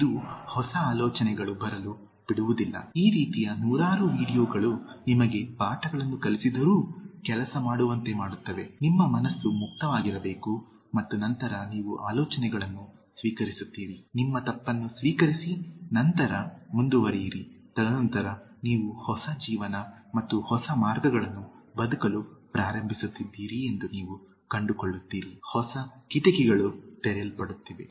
ಇದು ಹೊಸ ಆಲೋಚನೆಗಳು ಬರಲು ಬಿಡುವುದಿಲ್ಲ ಈ ರೀತಿಯ ನೂರಾರು ವೀಡಿಯೊಗಳು ನಿಮಗೆ ಪಾಠಗಳನ್ನು ಕಲಿಸಿದರೂ ಕೆಲಸ ಮಾಡುವಂತೆ ಮಾಡುತ್ತದೆ ನಿಮ್ಮ ಮನಸ್ಸು ಮುಕ್ತವಾಗಿರಬೇಕು ಮತ್ತು ನಂತರ ನೀವು ಆಲೋಚನೆಗಳನ್ನು ಸ್ವೀಕರಿಸುತ್ತೀರಿ ನಿಮ್ಮ ತಪ್ಪನ್ನು ಸ್ವೀಕರಿಸಿ ನಂತರ ಮುಂದುವರಿಯಿರಿ ತದನಂತರ ನೀವು ಹೊಸ ಜೀವನ ಮತ್ತು ಹೊಸ ಮಾರ್ಗಗಳನ್ನು ಬದುಕಲು ಪ್ರಾರಂಭಿಸುತ್ತಿದ್ದೀರಿ ಎಂದು ನೀವು ಕಂಡುಕೊಳ್ಳುತ್ತೀರಿ ಹೊಸ ಕಿಟಕಿಗಳು ತೆರೆಯಲ್ಪಡುತ್ತಿವೆ